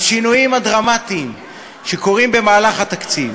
השינויים הדרמטיים שקורים במהלך התקציב